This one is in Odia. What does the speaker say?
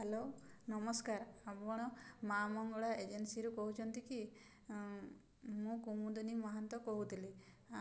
ହ୍ୟାଲୋ ନମସ୍କାର ଆପଣ ମାଁ ମଙ୍ଗଳା ଏଜେନ୍ସିରୁ କହୁଛନ୍ତି କି ମୁଁ କୁମୁଦୁନୀ ମହାନ୍ତ କହୁଥିଲି